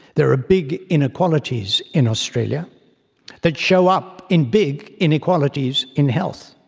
there are ah big inequalities in australia that show up in big inequalities in health.